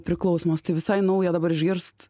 priklausomas tai visai nauja dabar išgirst